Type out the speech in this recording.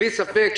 בלי ספק,